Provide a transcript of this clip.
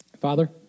Father